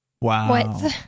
Wow